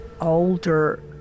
older